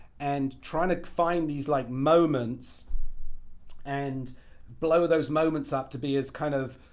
and tryna find these like moments and blow those moments up to be as kind of